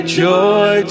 joy